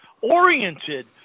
oriented